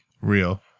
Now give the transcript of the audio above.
Real